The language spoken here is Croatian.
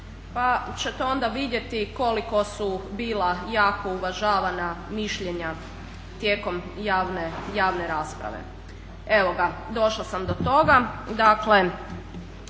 pa ćete onda vidjeti koliko su bila jako uvažavana mišljenja tijekom javne rasprave. Evo ga došla sam do toga, dakle